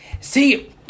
See